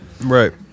Right